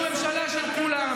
אנחנו ממשלה של כולם.